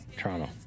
Toronto